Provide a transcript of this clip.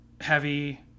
heavy